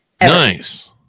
Nice